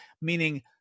meaning